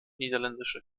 niederländische